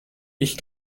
ich